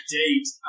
date